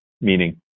Meaning